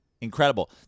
incredible